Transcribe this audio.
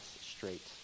straight